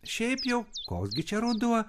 šiaip jau koks gi čia ruduo